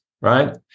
right